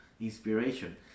inspiration